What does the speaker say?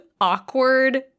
awkward